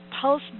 pulse